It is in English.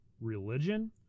religion